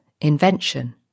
Invention